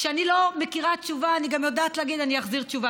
כשאני לא מכירה תשובה אני גם יודעת להגיד: אני אחזיר תשובה.